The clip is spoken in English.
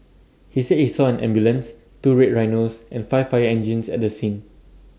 he said he saw an ambulance two red Rhinos and five fire engines at the scene